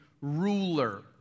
ruler